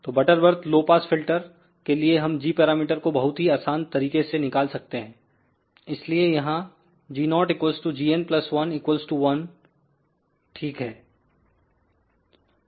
तो Butterworth low pass filter के लिए हम g पैरामीटर को बहुत ही आसान तरीके से निकाल सकते हैं इसलिए यहां g0 gn1 1 ठीक है